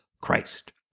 Christ